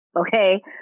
okay